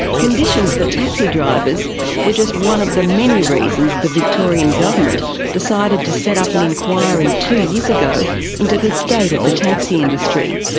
conditions for taxi drivers were just one of the many reasons the victorian government decided to set up an inquiry two years ago into the state of the taxi industry.